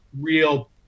real